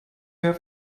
have